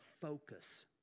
focus